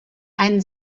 ein